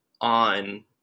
on